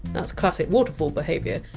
that! s classic waterfall behaviour.